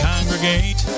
congregate